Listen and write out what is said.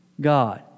God